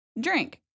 drink